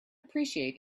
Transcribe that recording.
appreciate